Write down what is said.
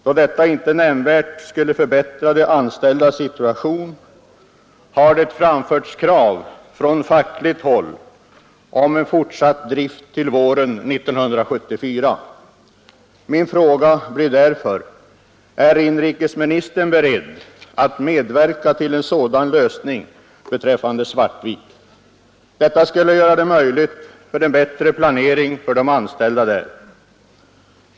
Då denna frist inte nämnvärt skulle förbättra de anställdas situation, har det framförts krav från fackligt håll om en fortsatt drift till våren 1974. Min fråga blir därför: Är inrikesministern beredd att medverka till en sådan lösning beträffande Svartvik? Detta skulle möjliggöra en bättre planering för de anställda.